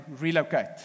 relocate